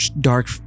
dark